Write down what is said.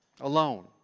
alone